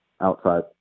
outside